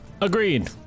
Agreed